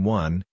one